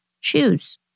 shoes